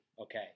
Okay